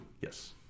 Yes